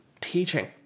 teaching